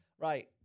Right